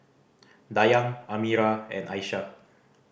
Dayang Amirah and Aisyah